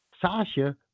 Sasha